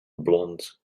blonde